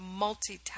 multitask